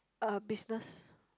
a business